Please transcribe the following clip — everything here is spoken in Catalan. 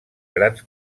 grans